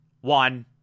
one